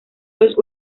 los